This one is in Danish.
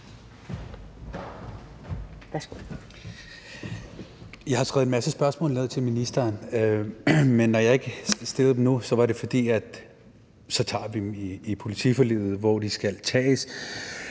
Jeg har skrevet en masse spørgsmål ned til ministeren, men når jeg ikke stiller dem nu, er det, fordi vi tager dem i forbindelse med politiforliget, hvor de skal tages.